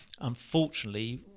unfortunately